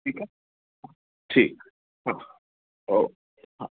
ठीकु आहे हा ठीकु हा ओके हा